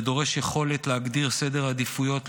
זה דורש יכולת להגדיר סדר עדיפויות,